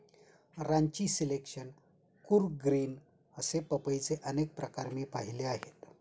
Ranchi selection, Coorg green असे पपईचे अनेक प्रकार मी पाहिले आहेत